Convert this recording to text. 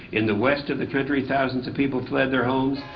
in the west of the country, thousands of people fled their homes,